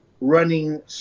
running